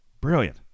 Brilliant